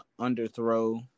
underthrow